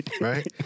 Right